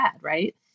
right